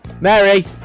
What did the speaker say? Mary